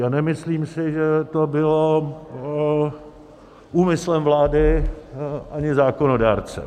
A nesmyslím si, že to bylo úmyslem vlády a ani zákonodárce.